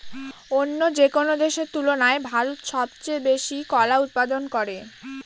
অন্য যেকোনো দেশের তুলনায় ভারত সবচেয়ে বেশি কলা উৎপাদন করে